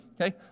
okay